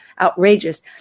outrageous